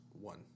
one